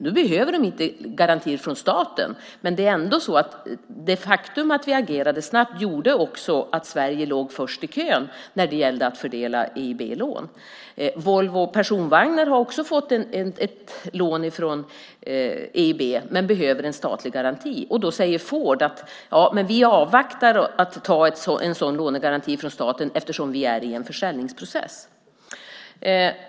Nu behöver de inte garantier från staten, men det faktum att vi agerade snabbt gjorde att Sverige låg först i kön när det gällde att fördela EIB-lån. Volvo Personvagnar har också fått ett lån från EIB, men behöver en statlig garanti. Då säger Ford: Vi avvaktar med en sådan lånegaranti från staten eftersom vi är en försäljningsprocess.